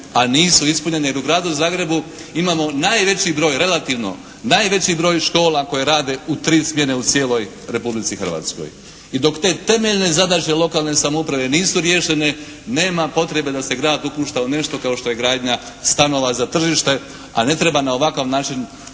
A nisu ispunjene jer u gradu Zagrebu imamo najveći broj, relativno, najveći broj škola koje rade u tri smjene u cijeloj Republici Hrvatskoj. I dok te temeljne zadaće lokalne samouprave nisu riješene nema potrebe da se grad upušta u nešto kao što je gradnja stanova za tržište a ne treba na ovakav način